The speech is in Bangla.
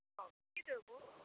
ও কী দেব